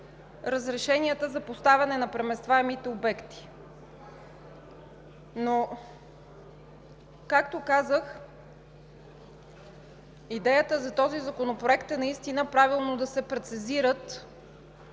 разрешенията за поставяне на преместваемите обекти. Както казах, идеята за този законопроект е наистина правилно да се прецизират